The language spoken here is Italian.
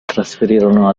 trasferirono